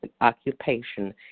occupation